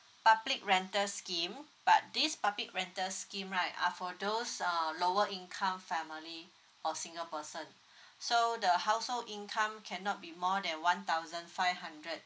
public rental scheme but this public rental scheme right are for those uh lower income family or single person so the household income cannot be more than one thousand five hundred